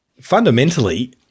fundamentally